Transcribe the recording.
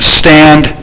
stand